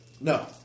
No